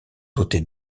dotées